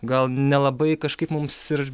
gal nelabai kažkaip mums ir